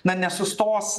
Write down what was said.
na nesustos